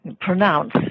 pronounce